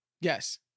Yes